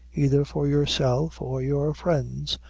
either for yourself or your friends,